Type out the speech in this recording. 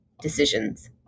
decisions